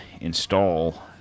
install